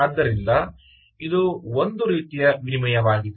ಆದ್ದರಿಂದ ಇದು ಒಂದು ರೀತಿಯ ವಿನಿಮಯವಾಗಿದೆ